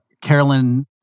Carolyn